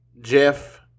Jeff